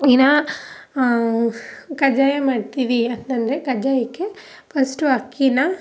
ಇನ್ನೂ ಕಜ್ಜಾಯ ಮಾಡ್ತೀವಿ ಅಂತ ಅಂದ್ರೆ ಕಜ್ಜಾಯಕ್ಕೆ ಫಸ್ಟು ಅಕ್ಕಿನ